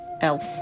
Elf